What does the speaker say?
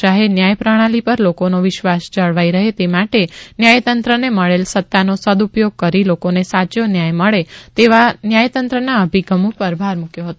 શાહે ન્યાય પ્રણાલી પર લોકોનો વિશ્વાસ જળવાઈ રહે તે માટે ન્યાયતંત્રને મળેલ સત્તાનો સદઉપયોગ કરી લોકોને સાયો ન્યાય મળી રહે તેવા ન્યાયતંત્રના અભિગમ ઉપર ભાર મૂકથો હતો